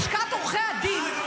לשכת עורכי הדין,